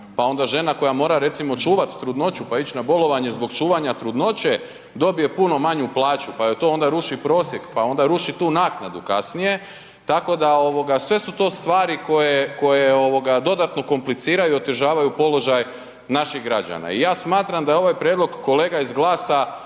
pa onda žena koja mora recimo čuvat trudnoću, pa ić na bolovanje zbog čuvanja trudnoće, dobije puno manju plaću, pa joj to onda ruši prosjek, pa onda ruši tu naknadu kasnije, tako da ovoga sve su to stvari koje, koje ovoga dodatno kompliciraju i otežavaju položaj naših građana. I ja smatram da je ovaj prijedlog kolega iz GLAS-a